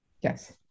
yes